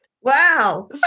Wow